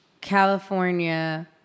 California